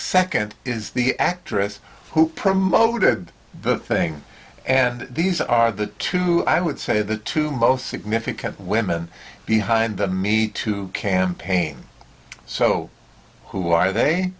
second is the actress who promoted the thing and these are the two i would say the two most significant women behind me two campaign so who are they